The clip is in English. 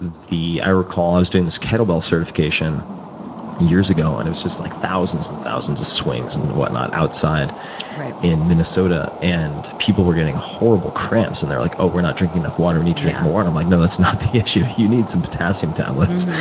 the i recall i was doing this kettle bell certification years ago, and it was just like thousands and thousands of swings and whatnot, outside in minnesota. and, people were getting horrible cramps, and they were like, oh, we're not drinking enough water, we need to drink more water. yeah. i'm like, no, that's not the issue. you need some potassium tablets.